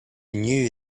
knew